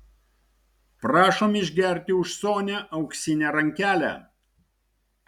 prašom išgerti už sonią auksinę rankelę